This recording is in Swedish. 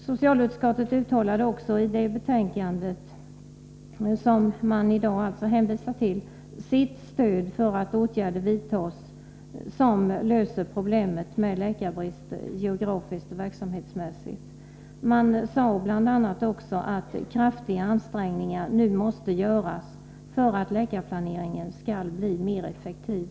Socialutskottet uttalade också i detta betänkande — som man alltså i dag hänvisar till — sitt stöd för att åtgärder vidtas som löser problemet med läkarbrist, geografiskt och verksamhetsmässigt. Man sade bl.a. att kraftiga ansträngningar nu måste göras för att läkarplaneringen skall bli mera effektiv.